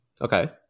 okay